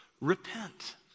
Repent